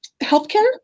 healthcare